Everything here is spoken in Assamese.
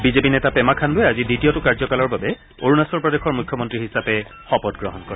বিজেপি নেতা পেমা খাণ্ডুৱে আজি দ্বিতীয়টো কাৰ্যকালৰ বাবে অৰুণাচল প্ৰদেশৰ মুখ্যমন্ত্ৰী হিচাপে শপতগ্ৰহণ কৰে